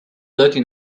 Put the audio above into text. thirty